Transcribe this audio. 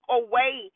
away